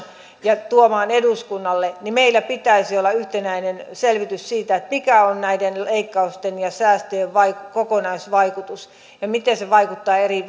ja tuomaan eduskunnalle meillä pitäisi olla yhtenäinen selvitys siitä mikä on näiden leikkausten ja säästöjen kokonaisvaikutus ja miten se vaikuttaa eri